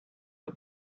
the